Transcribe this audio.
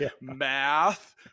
math